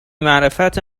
معرفت